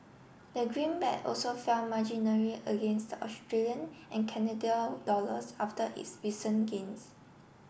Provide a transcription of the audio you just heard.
the greenback also fell marginally against the Australian and Canadian dollars after its recent gains